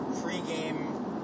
pre-game